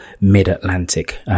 mid-Atlantic